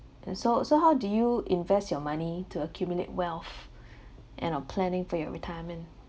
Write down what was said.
and so so how do you invest your money to accumulate wealth and uh planning for your retirement